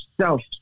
self